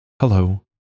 Hello